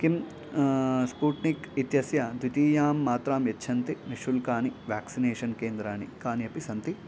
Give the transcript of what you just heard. किं स्पूट्निक् इत्यस्य द्वितीयां मात्रां यच्छन्ति निश्शुल्कानि व्याक्सिनेषन् केन्द्राणि कानि अपि सन्ति